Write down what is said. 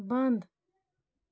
بنٛد